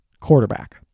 quarterback